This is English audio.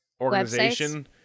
organization